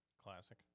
classic